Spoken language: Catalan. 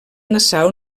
nassau